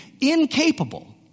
incapable